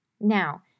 Now